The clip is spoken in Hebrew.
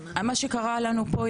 מה שקרה לנו פה,